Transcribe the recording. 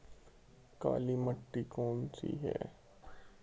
काली मिट्टी कौन सी है?